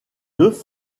œufs